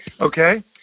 Okay